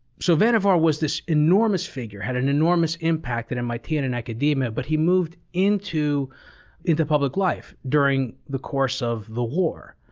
so, vannevar was this enormous figure, had an enormous impact at mit and and academia, but he moved into into public life during the course of the war.